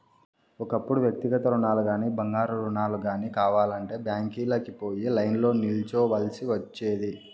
ఒకప్పుడు వ్యక్తిగత రుణాలుగానీ, బంగారు రుణాలు గానీ కావాలంటే బ్యాంకీలకి పోయి లైన్లో నిల్చోవల్సి ఒచ్చేది